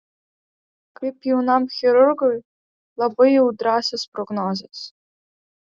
kaip jaunam chirurgui labai jau drąsios prognozės